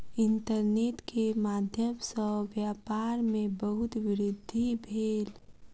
internet के माध्यम सॅ व्यापार में बहुत वृद्धि भेल